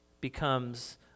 becomes